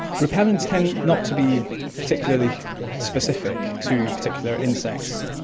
repellents tend not to be particularly specific to particular insects.